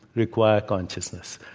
require consciousness.